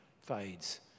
fades